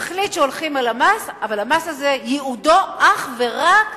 נחליט שהולכים על המס, אבל המס הזה ייעודו אך ורק